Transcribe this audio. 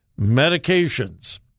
medications